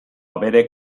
abere